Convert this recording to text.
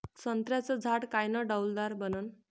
संत्र्याचं झाड कायनं डौलदार बनन?